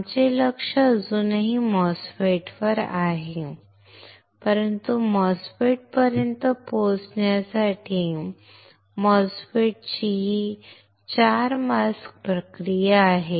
आमचे लक्ष अजूनही MOSFET वर आहे परंतु MOSFET पर्यंत पोहोचण्यासाठी MOSFET ही 4 मास्क प्रक्रिया आहे